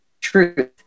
truth